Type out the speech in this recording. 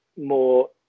more